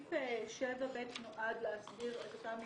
סעיף 7(ב) נועד להסדיר את אותם מקרים,